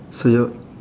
so your